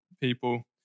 people